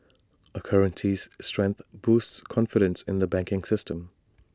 A currency's strength boosts confidence in the banking system